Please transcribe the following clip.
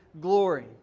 glory